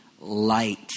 light